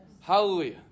Hallelujah